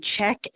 check